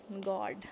God